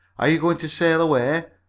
are you going to sail away?